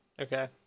Okay